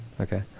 Okay